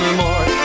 more